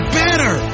better